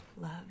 love